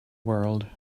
world